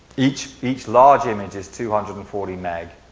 each each large image is two hundred and forty meg.